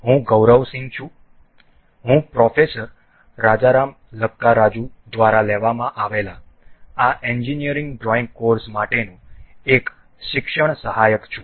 હું ગૌરવસિંહ છું હું પ્રોફેસર રાજારામ લકકારાજુ દ્વારા લેવામાં આવેલા આ એન્જિનિયરિંગ ડ્રોઇંગ કોર્સ માટેનો એક શિક્ષણ સહાયક છું